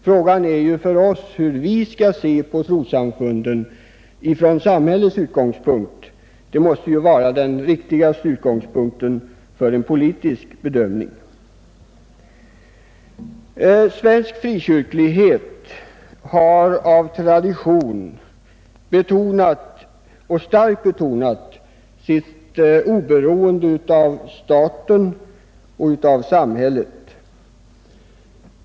Frågan är ju för oss hur vi skall se på trossamfunden från samhällets synpunkt. Det måste ju vara den riktigaste utgångspunkten för en politisk bedömning. Svensk frikyrklighet har av tradition starkt betonat sitt oberoende av staten och av samhället.